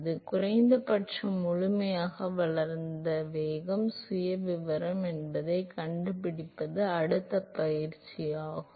எனவே குறைந்த பட்சம் முழுமையாக வளர்ந்த ஆட்சியில் வேகம் சுயவிவரம் என்ன என்பதைக் கண்டுபிடிப்பது அடுத்த பயிற்சியாகும்